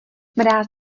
mráz